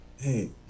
Hey